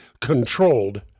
controlled